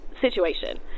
situation